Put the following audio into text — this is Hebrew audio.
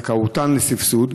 וזכאותם לסבסוד,